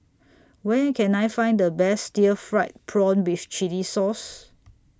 Where Can I Find The Best Stir Fried Prawn with Chili Sauce